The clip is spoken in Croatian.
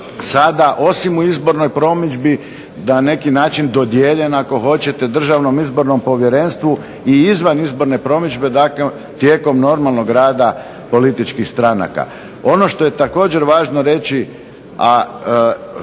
osim u izbornoj promidžbi na neki način dodijeljen ako hoćete Državnom izbornom povjerenstvu i izvan izborne promidžbe, dakle tijekom rada političkih stranka. Ono što je također važno reći,